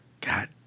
God